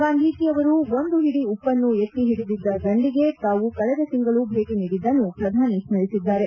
ಗಾಂಧೀಜಿ ಅವರು ಒಂದು ಹಿಡಿ ಉಪ್ಪನ್ನು ಎತ್ತಿ ಹಿಡಿದಿದ್ದ ದಂಡಿಗೆ ತಾವು ಕಳೆದ ತಿಂಗಳು ಭೇಟಿ ನೀಡಿದ್ದನ್ನು ಪ್ರಧಾನಿ ಸ್ಥರಿಸಿದ್ದಾರೆ